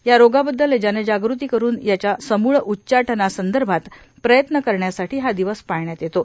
या रोगाबद्दल जनजागृती करून याच्या समूळ उच्चाटनासाठी प्रयत्न करण्यासाठी हा दिवस पाळण्यात येतो